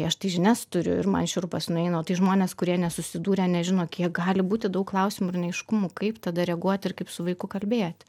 aš tai žinias turiu ir man šiurpas nueina o tai žmonės kurie nesusidūrę nežino kiek gali būti daug klausimų ir neaiškumų kaip tada reaguoti ir kaip su vaiku kalbėti